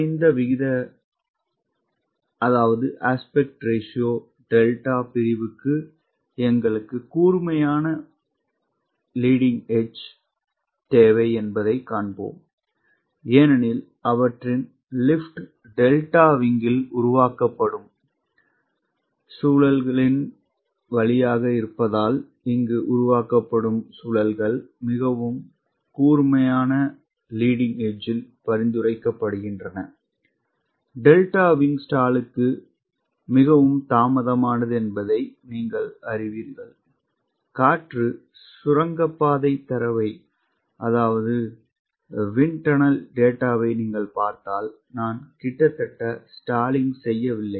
குறைந்த விகித விகிதம் டெல்டா பிரிவுக்கு எங்களுக்கு கூர்மையான முன்னணி விளிம்பு தேவை என்பதைக் காண்போம் ஏனெனில் அவற்றின் லிப்ட் டெல்டா விங்கில் உருவாக்கப்படும் சுழல்களின் வழியாக இருப்பதால் இங்கு உருவாக்கப்படும் சுழல்கள் மிகவும் கூர்மையான முன்னணி விளிம்பில் பரிந்துரைக்கப்படுகின்றன டெல்டா விங் ஸ்டாலுக்கு மிகவும் தாமதமானது என்பதை நீங்கள் அறிவீர்கள் காற்று சுரங்கப்பாதை தரவை நீங்கள் பார்த்தால் நான் கிட்டத்தட்ட ஸ்டாலிங் செய்யவில்லை